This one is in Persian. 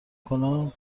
کنان